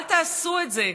אל תעשו את זה.